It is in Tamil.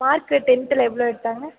மார்க்கு டென்த்தில் எவ்வளோ எடுத்தாங்க